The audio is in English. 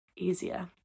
easier